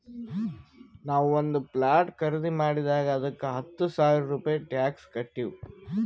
ನಾವು ಒಂದ್ ಪ್ಲಾಟ್ ಖರ್ದಿ ಮಾಡಿದಾಗ್ ಅದ್ದುಕ ಹತ್ತ ಸಾವಿರ ರೂಪೆ ಟ್ಯಾಕ್ಸ್ ಕಟ್ಟಿವ್